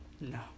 No